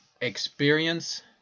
experience